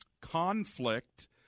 conflict